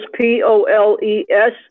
P-O-L-E-S